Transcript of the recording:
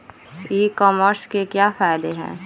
ई commerce के क्या फायदे हैं?